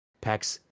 PAX